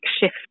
shift